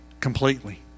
completely